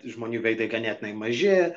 žmonių veidai ganėtinai maži